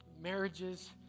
marriages